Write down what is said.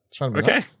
Okay